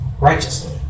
righteously